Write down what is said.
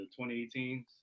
2018s